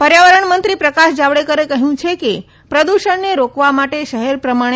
પર્યાવરણમંત્રી પ્રકાશ જાવડેકરે કહ્યું છે કે પ્રદૂષણને રોકવા માટે શહેર પ્રમાણે